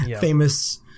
Famous